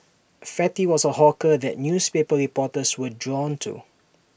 fatty was A hawker that newspaper reporters were drawn to